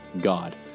God